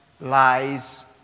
lies